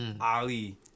Ali